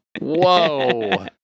whoa